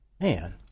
man